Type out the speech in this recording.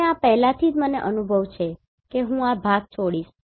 અને આ પહેલાથી જ મને અનુભવ છે કે હું આ ભાગ છોડીશ